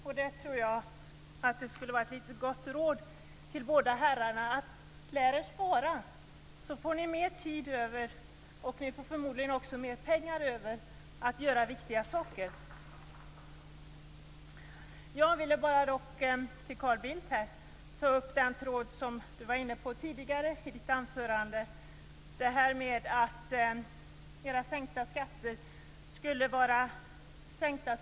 Ett gott råd till båda herrarna är att de skall lära sig att spara, så att de får mer tid över och förmodligen även mer pengar över för att göra viktiga saker. Jag vill ta upp den tråd som Carl Bildt tidigare tog upp i sitt anförande, nämligen att en sänkning av skatterna skulle gälla alla.